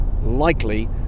likely